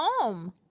home